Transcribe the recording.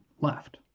left